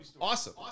Awesome